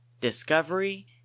Discovery